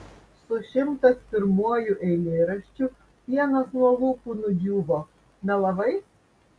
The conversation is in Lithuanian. su šimtas pirmuoju eilėraščiu pienas nuo lūpų nudžiūvo melavai